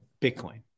Bitcoin